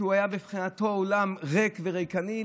שהיה מבחינתו עולם ריק וריקני,